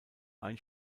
ein